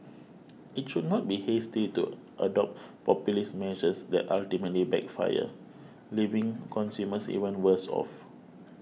it should not be hasty to adopt populist measures that ultimately backfire leaving consumers even worse off